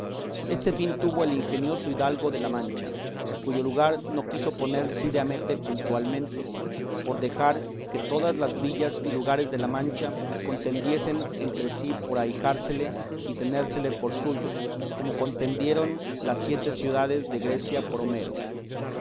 este fin tuvo el ingenioso hidalgo de la mancha cuyo lugar no quiso poner cide hamete puntualmente por dejar que todas las villas y lugares de la mancha contendiesen entre sí por ahijársele y tenérsele por suyo como contendieron las siete ciudades de grecia por homero